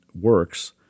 works